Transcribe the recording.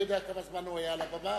האם אדוני יודע כמה זמן הוא היה על הבמה?